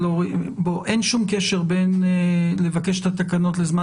אין שום קשר בין לבקש את התקנות לזמן